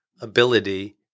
ability